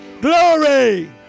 glory